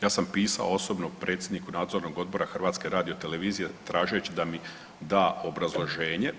Ja sam pisao osobno predsjedniku nadzornog odbora HRT-a tražeći da mi da obrazloženje.